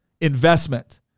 investment